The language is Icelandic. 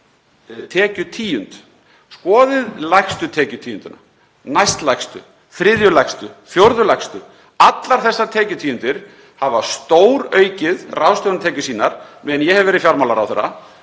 tekjutíund. Skoðið lægstu tekjutíundina, næstlægstu, þriðju lægstu, fjórðu lægstu — allar þessar tekjutíundir hafa stóraukið ráðstöfunartekjur sínar á meðan ég hef verið fjármálaráðherra.